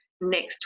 next